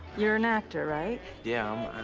you're an actor, right? yeah,